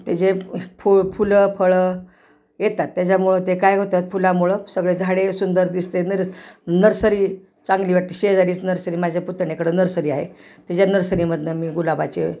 तेजे फु फुलं फळं येतात त्याच्यामुळं ते काय होतात फुलामुळं सगळे झाडे सुंदर दिसते न नर्सरी चांगली वाटते शेजारीच नर्सरी माझ्या पुतण्याकडं नर्सरी आहे त्याच्या नर्सरीमधनं मी गुलाबाचे